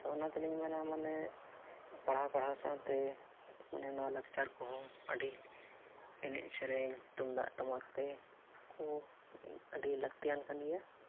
ᱟᱨᱚ ᱚᱱᱟᱛᱮᱞᱤᱝ ᱢᱮᱱᱟ ᱢᱟᱱᱮ ᱯᱟᱲᱦᱟᱣ ᱯᱟᱲᱦᱟᱣ ᱥᱟᱶᱛᱮ ᱢᱟᱱᱮ ᱵᱚᱣᱟ ᱞᱟᱠᱪᱟᱨ ᱠᱚᱦᱚᱸ ᱟᱰᱤ ᱮᱱᱮᱡ ᱥᱮᱨᱮᱧ ᱛᱩᱢᱫᱟᱹᱜ ᱴᱟᱢᱟᱠᱛᱮ ᱠᱚ ᱟᱹᱰᱤ ᱞᱟᱹᱠᱛᱤᱭᱟᱱ ᱠᱟᱱ ᱜᱮᱭᱟ